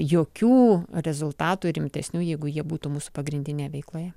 jokių rezultatų rimtesnių jeigu jie būtų mūsų pagrindinėj veikloje